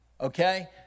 Okay